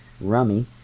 Rummy